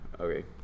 Okay